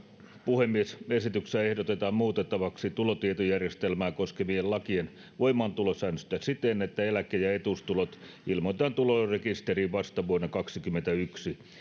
puhemies esityksessä ehdotetaan muutettavaksi tulotietojärjestelmää koskevien lakien voimaantulosäännöksiä siten että eläke ja etuustulot ilmoitetaan tulorekisteriin vasta vuonna kaksikymmentäyksi